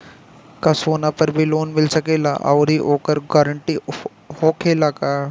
का सोना पर भी लोन मिल सकेला आउरी ओकर गारेंटी होखेला का?